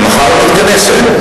מחר היא מתכנסת?